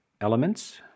elements